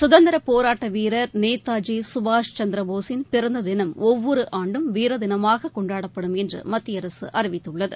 சுதந்திரப் போராட்ட வீரர் நேதாஜி சுபாஷ் சந்திரபோஸின் பிறந்த தினம் ஒவ்வொரு ஆண்டும் வீர தினமாக கொண்டாடப்படும் என்று மத்திய அரசு அறிவித்துள்ளது